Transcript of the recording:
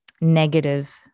negative